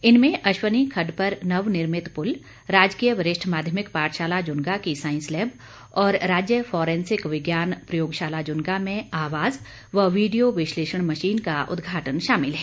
इनमें अश्वनी खड्ड पर नवनिर्मित पुल राजकीय वरिष्ठ माध्यमिक पाठशाला जुन्गा की सांइस लैब और राज्य फोरेंसिक विज्ञान प्रयोगशाला जुन्गा में आवाज व वीडियो विश्लेषण मशीन का उदघाटन शामिल है